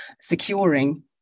securing